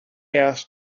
asked